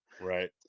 right